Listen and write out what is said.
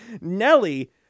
Nelly